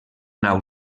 nau